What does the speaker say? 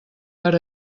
per